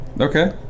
okay